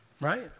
right